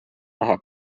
naha